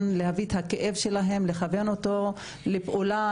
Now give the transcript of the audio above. להביא את הכאב שלהן לכוון אותו לפעולה,